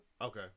Okay